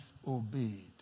disobeyed